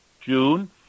June